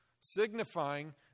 signifying